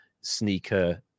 sneaker